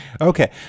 Okay